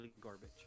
garbage